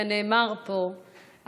כנאמר פה,